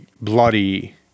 bloody